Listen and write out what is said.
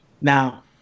Now